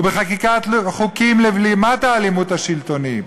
ובחקיקת חוקים לבלימת האלימות השלטונית.